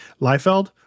liefeld